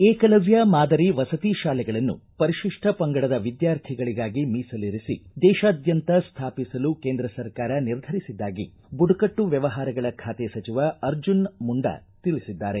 ಏಕಲವ್ಯ ಮಾದರಿ ವಸತಿ ಶಾಲೆಗಳನ್ನು ಪರಿಶಿಷ್ಟ ಪಂಗಡದ ವಿದ್ಯಾರ್ಥಿಗಳಿಗಾಗಿ ಮೀಸಲಿರಿಸಿ ದೇಶಾದ್ಯಂತ ಸ್ಥಾಪಿಸಲು ಕೇಂದ್ರ ಸರ್ಕಾರ ನಿರ್ಧರಿಸಿದ್ದಾಗಿ ಬುಡಕಟ್ಟು ವ್ಣವಹಾರಗಳ ಖಾತೆ ಸಚಿವ ಅರ್ಜುನ ಮುಂಡಾ ತಿಳಿಸಿದ್ದಾರೆ